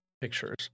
pictures